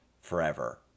forever